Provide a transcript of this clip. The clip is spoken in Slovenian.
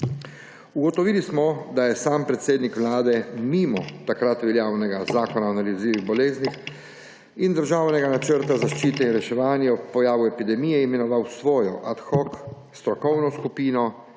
Ugotovili smo, da je sam predsednik vlade mimo takrat veljavnega zakona o nalezljivih boleznih in državnega načrta zaščite in reševanja ob pojavu epidemije imenoval svojo ad hoc strokovno skupino,